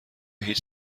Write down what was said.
هیچ